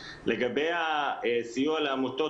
לגבי הסיוע לעמותות,